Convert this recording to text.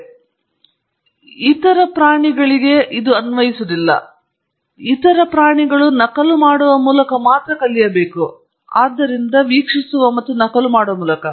ಮತ್ತು ಯಾವುದೇ ಇತರ ಪ್ರಾಣಿಗಳಿಲ್ಲ ಎಲ್ಲಾ ಇತರ ಪ್ರಾಣಿಗಳನ್ನು ನಕಲು ಮಾಡುವ ಮೂಲಕ ಮಾತ್ರ ಕಲಿಯಬೇಕು ಆದ್ದರಿಂದ ವೀಕ್ಷಿಸಲು ಮತ್ತು ನಕಲು ಮಾಡುವ ಮೂಲಕ